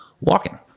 walking